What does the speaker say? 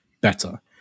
better